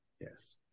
Yes